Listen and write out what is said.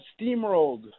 steamrolled